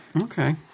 Okay